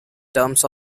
terms